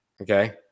Okay